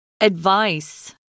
Advice